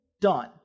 done